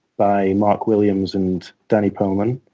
by mark williams and danny penman.